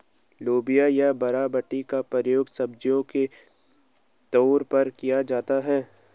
लोबिया या बरबटी का प्रयोग सब्जी के तौर पर किया जाता है